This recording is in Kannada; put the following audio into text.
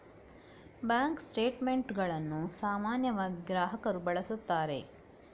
ಬ್ಯಾಂಕ್ ಸ್ಟೇಟ್ ಮೆಂಟುಗಳನ್ನು ಸಾಮಾನ್ಯವಾಗಿ ಗ್ರಾಹಕರು ಬಳಸುತ್ತಾರೆ